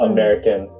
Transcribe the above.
American